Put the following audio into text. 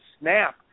snap